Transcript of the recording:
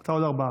אתה עוד ארבעה.